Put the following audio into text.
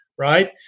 Right